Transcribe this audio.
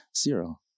Zero